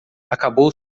acabou